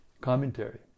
Commentary